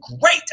great